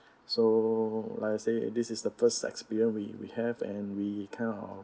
so like I say this is the first experience we have and we kind of